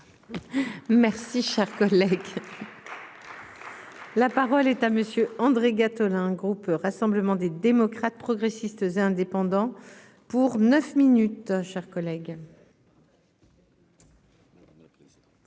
Merci cher collègue. La parole est à monsieur André Gattolin groupe Rassemblement des démocrates, progressistes et indépendants pour 9 minutes, chers collègues.